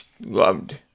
loved